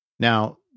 Now